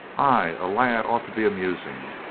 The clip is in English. ay, a lad ought to be amusing.